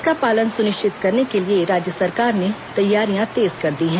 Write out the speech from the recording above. इसका पालन सुनिश्चित करने के लिए राज्य सरकार ने तैयारियां तेज कर दी हैं